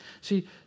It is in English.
See